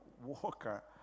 walker